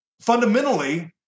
fundamentally